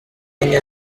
enye